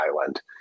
Island